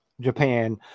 japan